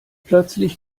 plötzlich